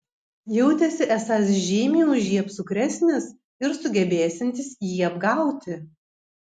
jautėsi esąs žymiai už jį apsukresnis ir sugebėsiantis jį apgauti